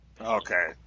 Okay